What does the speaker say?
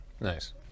Nice